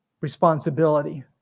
responsibility